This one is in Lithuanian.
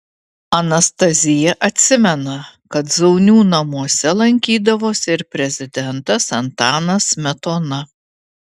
anastazija atsimena kad zaunių namuose lankydavosi ir prezidentas antanas smetona